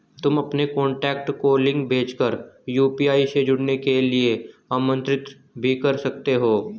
तुम अपने कॉन्टैक्ट को लिंक भेज कर यू.पी.आई से जुड़ने के लिए आमंत्रित भी कर सकते हो